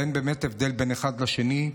אין באמת הבדל בין אחד לשני.